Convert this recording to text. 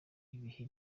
ibihe